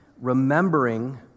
remembering